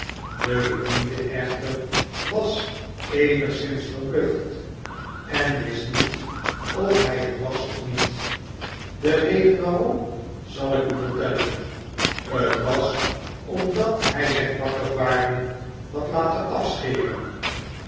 de bediende echter was eenigszins verbluft en wist niet of hy het was of niet de reden waarom zal ik u vertellen t was omdat hy zijn bakkebaarden had laten afscberen